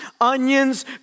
onions